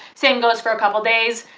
same goes for a couple days.